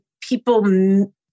people